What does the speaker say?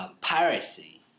piracy